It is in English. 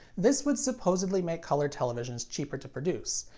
this would supposedly make color televisions cheaper to produce.